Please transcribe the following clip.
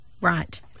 Right